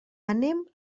anem